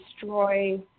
destroy